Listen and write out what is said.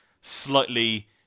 slightly